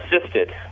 assisted